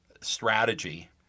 strategy